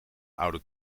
oude